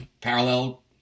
parallel